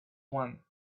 one